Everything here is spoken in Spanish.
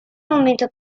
momento